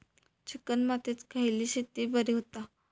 Chicken मातीत खयली शेती बरी होता?